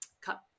cut